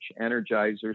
energizers